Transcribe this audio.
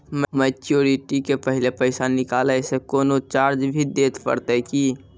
Maturity के पहले पैसा निकालै से कोनो चार्ज भी देत परतै की?